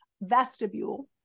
vestibule